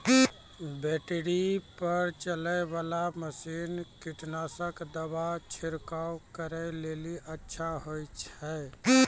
Battery पर चलै वाला मसीन कीटनासक दवा छिड़काव करै लेली अच्छा होय छै?